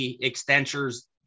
extensions